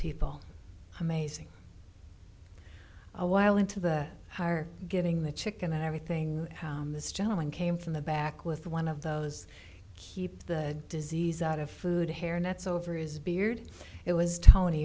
people amazing a while into the higher giving the chicken everything this gentleman came from the back with one of those keep the disease out of food hair nets over is beard it was tony